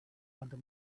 under